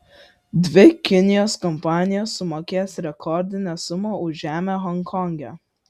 dvi kinijos kompanijos sumokės rekordinę sumą už žemę honkonge